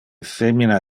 femina